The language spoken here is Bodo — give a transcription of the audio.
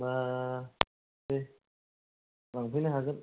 मा लांफैनो हागोन